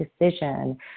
decision